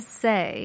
say